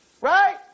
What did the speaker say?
right